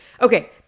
Okay